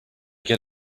get